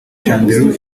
chandiru